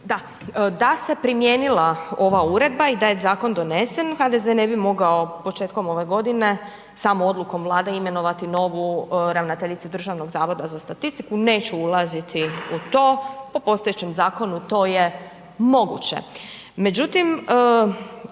da se primijenila ova uredba i da je zakon donesen HDZ ne bi mogao početkom ove godine samo odlukom Vlade imenovati novu ravnateljicu Državnog zavoda za statistiku, neću ulaziti u to, po postojećem zakonu to je moguće.